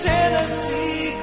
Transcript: Tennessee